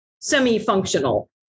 Semi-functional